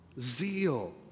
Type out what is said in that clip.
Zeal